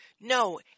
No